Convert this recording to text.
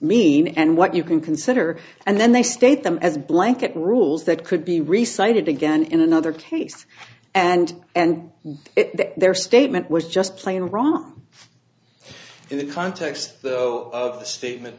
mean and what you can consider and then they state them as blanket rules that could be reciting began in another case and and their statement was just plain wrong in the context of the statement